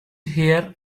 here